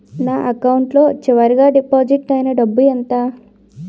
నా అకౌంట్ లో చివరిగా డిపాజిట్ ఐనా డబ్బు ఎంత?